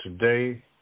today